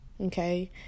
Okay